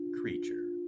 creature